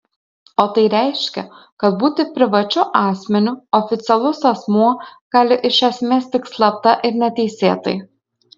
o tai reiškia kad būti privačiu asmeniu oficialus asmuo gali iš esmės tik slapta ir neteisėtai